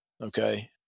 Okay